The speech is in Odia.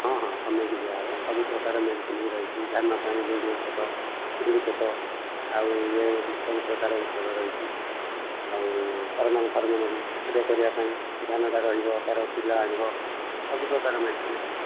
ହଁ ହଁ କମେଇକି ଦିଆ ହବ ସବୁପ୍ରକାର ମେଡ଼ିସିନ୍ ବି ରହିଛି ଧାନ ପାଇଁ ଔଷଧ ଝୁଡ଼ି ପୋକ ଆଉ ଇଏ ସବୁପ୍ରକାର ଔଷଧ ରହିଛି ଆଉ ହରମୋନ୍ଫରମୋନ୍ ବି ସେୟା କରିବା ପାଇଁ ଯାହା ରହିବ ତାହା ପିଲା ଆଣିବ ସବୁ ପ୍ରକାର ମେଡ଼ିସିନ୍ ରହିଛି